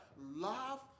love